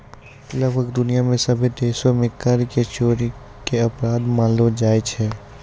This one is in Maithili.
लगभग दुनिया मे सभ्भे देशो मे कर के चोरी के अपराध मानलो जाय छै